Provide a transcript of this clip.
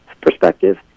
perspective